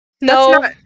No